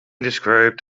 described